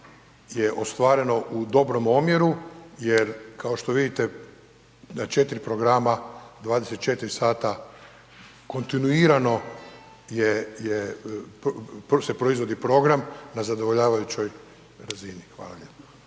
je ostvareno u dobrom omjeru jer kao što vidite da 4 programa 24 sata kontinuirano je, je, se proizvodi program na zadovoljavajućoj razini. Hvala